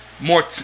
more